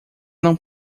não